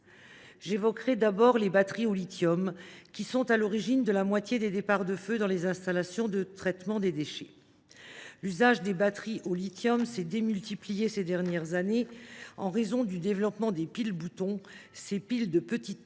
J’évoquerai d’abord les batteries au lithium, à l’origine de la moitié des départs de feu dans les installations de traitement des déchets. L’usage des batteries au lithium s’est démultiplié ces dernières années en raison du développement des piles boutons, ces piles de petite taille